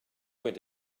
went